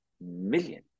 million